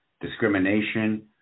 discrimination